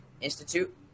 Institute